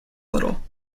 little